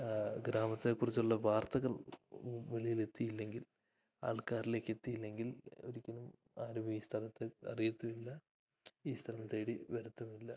ഗ്രാമത്തെക്കുറിച്ചുള്ള വാർത്തകൾ വെ വെളിയിലെത്തിയില്ലങ്കിൽ ആൾക്കാരിലെത്തിയില്ലങ്കിൽ ഒരിക്കലും ആരും ഈ സ്ഥലത്തെ അറിയത്തുമില്ല ഈ സ്ഥലം തേടി വരത്തുമില്ല